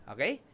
Okay